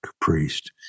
priest